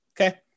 okay